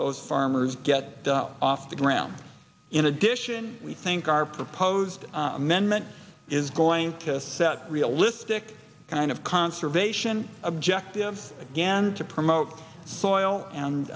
those farmers get off the ground in addition we think our proposed amendment is going to set realistic kind of conservation objectives again to promote soil and